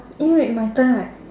eh wait my turn right